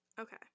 Okay